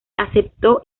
aceptó